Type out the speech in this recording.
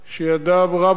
שידיו רב לו,